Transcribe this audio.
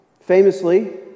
Famously